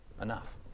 enough